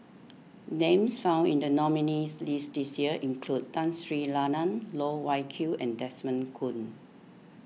names found in the nominees' list this year include Tun Sri Lanang Loh Wai Kiew and Desmond Kon